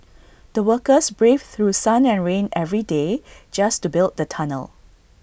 the workers braved through sun and rain every day just to build the tunnel